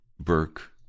Burke